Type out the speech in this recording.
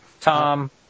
Tom